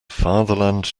fatherland